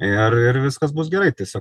ir ir viskas bus gerai tiesiog